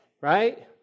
right